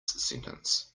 sentence